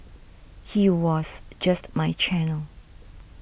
he was just my channel